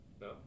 No